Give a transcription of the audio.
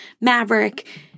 Maverick